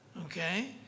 Okay